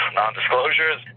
non-disclosures